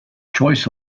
choice